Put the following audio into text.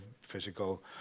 physical